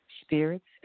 spirits